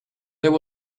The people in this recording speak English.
there